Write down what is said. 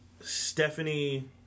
Stephanie